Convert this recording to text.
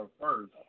first